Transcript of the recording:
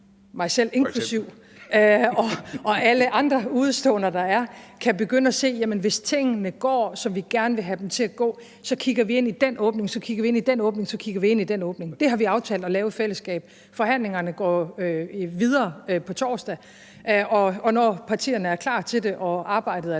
mig selv inklusive, og andre udeståender, kan begynde at se på, hvordan det går. Og hvis tingene går, som vi gerne vil have dem til at gå, så kigger vi først ind i den ene åbning, så ind i den anden åbning osv. Det har vi aftalt at lave i fællesskab. Forhandlingerne går videre på torsdag, og når partierne er klar til det og arbejdet er